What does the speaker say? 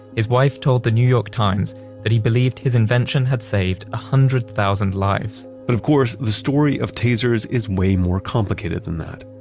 his wife told the new york times that he believed his invention had saved one hundred thousand lives but of course, the story of tasers is way more complicated than that.